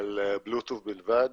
על Bluetooth בלבד